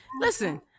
Listen